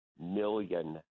million